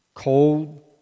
Cold